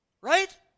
Right